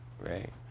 right